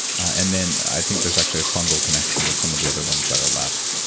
and then, i think there's actually a fungal connection with some of the other ones that are left.